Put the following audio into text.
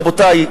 רבותי,